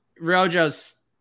Rojo's